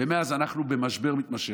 ומאז אנחנו במשבר מתמשך,